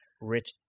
rich